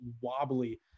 wobbly